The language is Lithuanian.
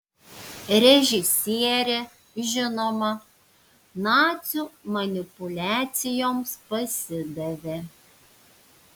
režisierė žinoma nacių manipuliacijoms pasidavė